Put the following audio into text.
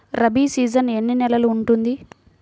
Rabi season ఎన్ని నెలలు ఉంటుంది?